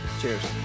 Cheers